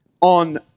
on